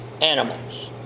Animals